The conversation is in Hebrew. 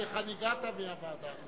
תראה להיכן הגעת מהוועדה הזאת.